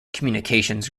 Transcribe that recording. communications